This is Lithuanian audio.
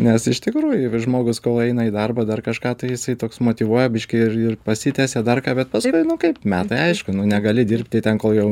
nes iš tikrųjų žmogus kol eina į darbą dar kažką tai jisai toks motyvuoja biškį ir ir pasitiesia dar ką bet paskui nu kaip metai aišku nu negali dirbti ten kol jau